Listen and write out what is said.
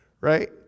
right